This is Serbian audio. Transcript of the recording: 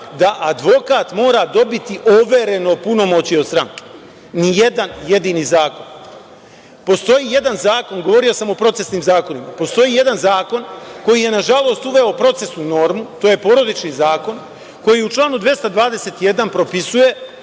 da advokat mora dobiti overeno punomoćje od stranke. Ni jedan jedini zakon. Govorio sam o procesnim zakonima. Postoji jedan zakon, koji je nažalost uveo procesnu normu, to je Porodični zakon, koji u članu 221. propisuje